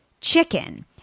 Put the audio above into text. chicken